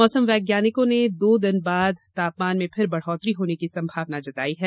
मौसम विज्ञानियों ने दो दिन बाद तापमान में फिर बढ़ोतरी होने की संभावना जताई है